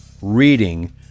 reading